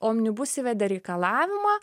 omnibus įvedė reikalavimą